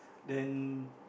then